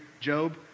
Job